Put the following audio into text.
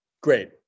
Great